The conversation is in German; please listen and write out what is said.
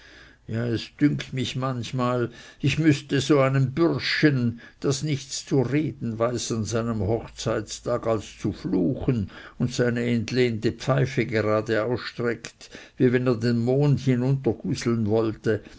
ja es dünkt mich manchmal ich müßte so einem bürschchen das nichts zu reden weiß an seinem hochzeittag als zu fluchen und seine entlehnte pfeife geradeausstreckt wie wenn er den mond hinunterguseln wollte